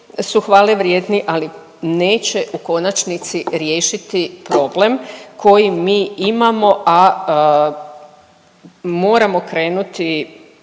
su hvalevrijedni, ali neće u konačnici riješiti problem koji mi imamo, a moramo krenuti